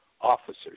officers